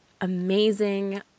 amazing